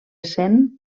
cent